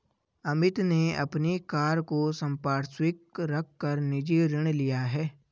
अमित ने अपनी कार को संपार्श्विक रख कर निजी ऋण लिया है